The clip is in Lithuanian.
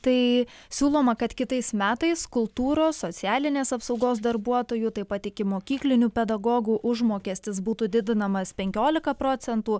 tai siūloma kad kitais metais kultūros socialinės apsaugos darbuotojų taip pat ikimokyklinių pedagogų užmokestis būtų didinamas penkiolika procentų